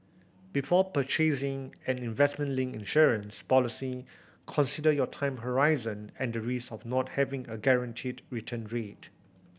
before purchasing an investment linked insurance policy consider your time horizon and the risk of not having a guaranteed return rate